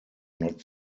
not